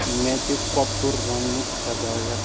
مے دِ کۄکُر رَنٛنُک ہِدایت